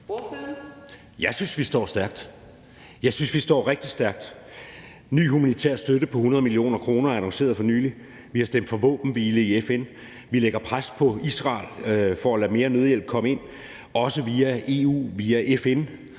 Jeg synes, vi står stærkt. Jeg synes, vi står rigtig stærkt. En ny humanitær støtte på 100 mio. kr. er annonceret for nylig, vi har stemt for våbenhvile i FN, vi lægger pres på Israel for at lade mere nødhjælp komme ind, også via EU, via FN